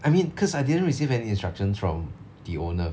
I mean cause I didn't receive any instructions from the owner